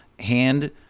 hand